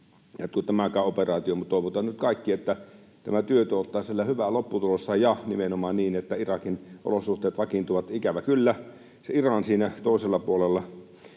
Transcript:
tämäkään operaatio, mutta toivotaan nyt kaikki, että tämä työ tuottaa siellä hyvää lopputulosta ja nimenomaan niin, että Irakin olosuhteet vakiintuvat. Ikävä kyllä, se Iran on siinä toisella puolella,